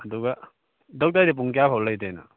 ꯑꯗꯨꯒ ꯗꯣꯛꯇꯔꯗꯤ ꯄꯨꯡ ꯀꯌꯥ ꯐꯥꯎ ꯂꯩꯗꯣꯏꯅꯣ